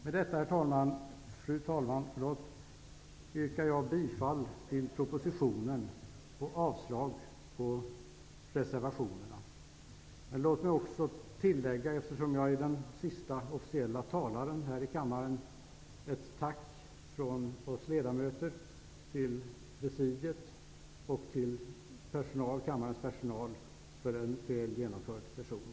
Med det anförda, fru talman, yrkar jag bifall till utskottets hemställan med anledning av propositionen och avslag på reservationerna. Eftersom jag är den siste officielle talaren, vill jag tillägga ett tack från oss ledamöter till presidiet och till kammarens personal för en väl genomförd session.